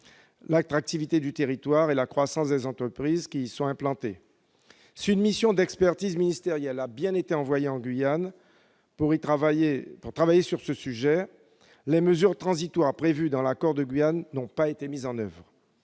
l'attractivité du territoire et la croissance des entreprises qui y sont implantées. Si une mission d'expertise ministérielle s'est bien rendue en Guyane pour travailler sur ce sujet, les mesures transitoires prévues dans l'accord de Guyane n'ont pas été mises en oeuvre.